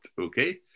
okay